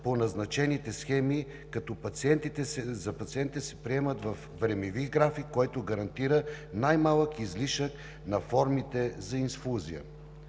по назначените схеми, като пациентите се приемат във времеви график, който гарантира най-малък излишък на формите за инфузия.